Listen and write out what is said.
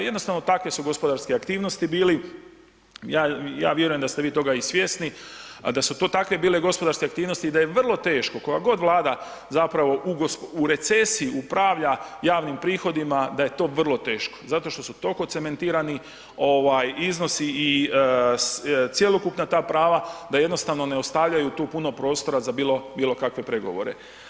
Jednostavno takve su gospodarske aktivnosti bile, ja vjerujem da ste vi toga i svjesni, a da su to takve bile gospodarske aktivnosti i da je vrlo teško, koga god Vlada zapravo u recesiji upravlja javnim prihodima da je to vrlo teško, zato što su toliko cementirani ovaj iznosi i cjelokupna ta prava da jednostavno ne ostavljaju tu puno prostora za bilo, bilo kakve pregovore.